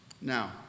Now